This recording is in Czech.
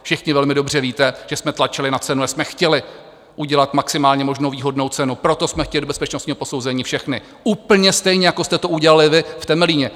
Všichni velmi dobře víte, že jsme tlačili na cenu, že jsme chtěli udělat maximálně možnou výhodnou cenu, proto jsme chtěli bezpečnostní posouzení na všechny, úplně stejně, jako jste to udělali vy v Temelíně.